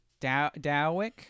Dowick